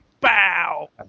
Bow